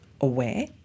aware